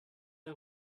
der